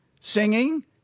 Singing